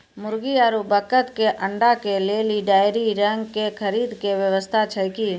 मुर्गी आरु बत्तक के अंडा के लेली डेयरी रंग के खरीद के व्यवस्था छै कि?